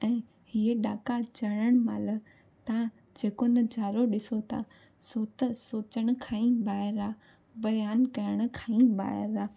ऐं हीए ॾाका चढ़ण महिल तव्हां जेको नज़ारो ॾिसो था सू त सोचण खां ई ॿाहिरि आहे बयान करण खां ई ॿाहिरि आहे